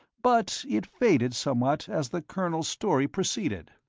but it faded somewhat as the colonel's story proceeded.